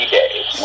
days